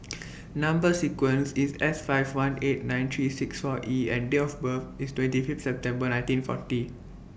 Number sequence IS S five one eight nine three six four E and Date of birth IS twenty Fifth September nineteen forty